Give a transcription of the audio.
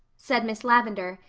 said miss lavendar,